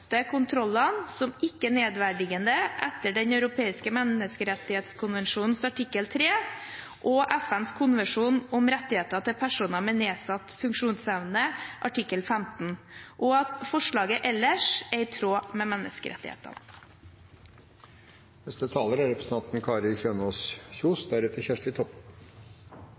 de foreslåtte kontrollene som ikke nedverdigende etter Den europeiske menneskerettighetskonvensjonens artikkel 3 og FNs konvensjon om rettighetene til personer med nedsatt funksjonsevne artikkel 15, og at forslaget ellers er i tråd med menneskerettighetene.